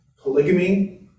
polygamy